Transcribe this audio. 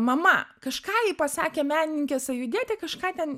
mama kažką ji pasakė menininkė sąjūdietė kažką ten